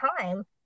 time